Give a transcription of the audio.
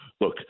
Look